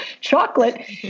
chocolate